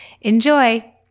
Enjoy